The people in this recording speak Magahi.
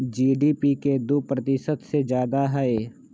जी.डी.पी के दु प्रतिशत से जादा हई